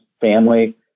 family